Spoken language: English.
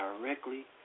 directly